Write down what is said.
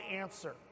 answer